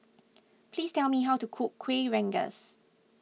please tell me how to cook Kueh Rengas